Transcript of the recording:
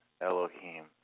Elohim